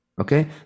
okay